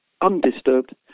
undisturbed